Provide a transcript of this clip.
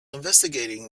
investigating